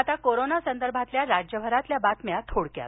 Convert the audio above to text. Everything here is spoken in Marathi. आता कोरोना संदर्भातल्या राज्यभरातल्या बातम्या थोडक्यात